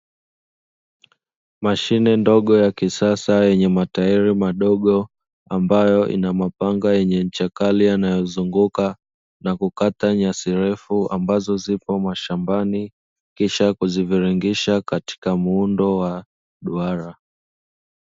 Mashine ndogo ya kisasa yenye matairi madogo, ambayo inamapanga yenye nchakali anayozunguka na kukata nyasirefu ambazo zipo mashambani kisha kuziveringisha katika muundo wa duara.